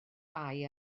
bai